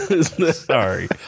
Sorry